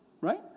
Right